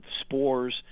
spores